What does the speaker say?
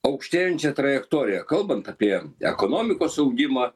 aukštėjančia trajektorija kalbant apie ekonomikos augimą